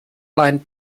lined